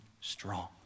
strong